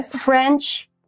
French